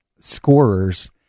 scorers